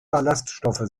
ballaststoffe